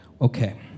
Okay